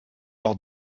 leur